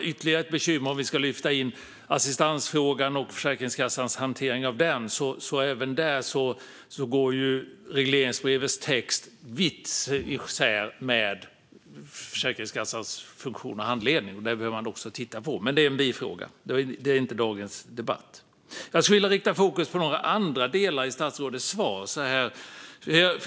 Lyfter vi in assistansfrågan och Försäkringskassans hantering av den är det även här stor skillnad mellan regleringsbrevets text och Försäkringskassan funktion och handledning, och det behöver man också titta på. Men det är en bifråga och inte föremål för dagens debatt. Jag skulle vilja rikta fokus mot några andra delar i statsrådets svar.